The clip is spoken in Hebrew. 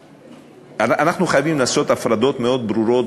אנחנו חייבים לעשות הפרדות מאוד ברורות